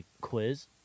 quiz